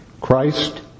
Christ